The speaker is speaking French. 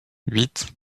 huit